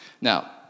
Now